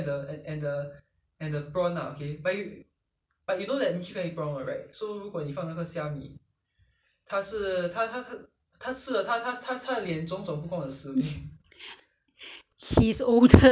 he is older now so he will not get swollen face or what he is okay now no problem he can eat but only that you have to make it flavourful ya maybe ya maybe if is it sweet lor put the